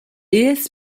est